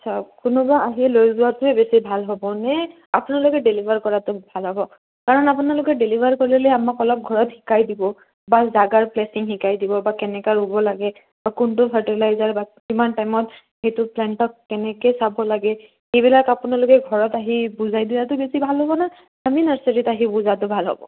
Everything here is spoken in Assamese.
আচ্ছা কোনোবা আহি লৈ যোৱাটোৱে বেছি ভাল হ'ব নে আপোনালোকে ডেলিভাৰ কৰাটো ভাল হ'ব কাৰণ আপোনালোকে ডেলিভাৰ কৰি লৈ আমাক অলপ ঘৰত শিকাই দিব বা জেগাৰ প্লেচিং শিকাই দিব বা কেনেকৈ ৰুব লাগে বা কোনটো ফাৰ্টিলাইজাৰ বা কিমান টাইমত সেইটো প্লেণ্টক কেনেকৈ চাব লাগে এইবিলাক আপোনালোকে ঘৰত আহি বুজাই দিয়াটো বেছি ভাল হ'বনে আমি নাৰ্চাৰীত আহি বুজাটো ভাল হ'ব